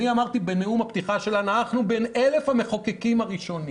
אמרתי בנאום הפתיחה שלי שאנחנו בין 1,000 המחוקקים הראשונים,